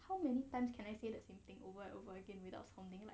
how many times can I say the same thing over and over again without sounding like